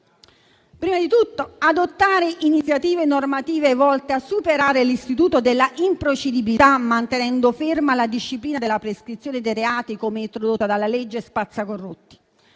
prima di tutto, adottare iniziative normative volte a superare l'istituto dell'improcedibilità, mantenendo ferma la disciplina della prescrizione dei reati come introdotta dalla legge spazzacorrotti;